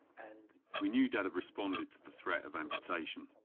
and. we knew dad had responded to the threat of amputation,